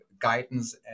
guidance